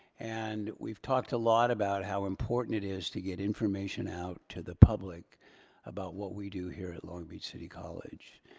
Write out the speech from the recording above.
and we've talked a lot about how important it is to get information out to the public about what we do here at long beach city college.